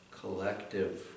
collective